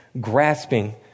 grasping